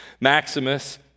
Maximus